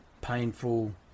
painful